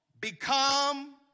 become